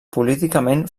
políticament